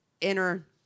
inner